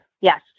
Yes